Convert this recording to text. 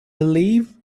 believe